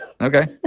Okay